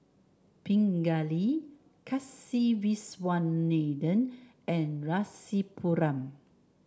Pingali Kasiviswanathan and Rasipuram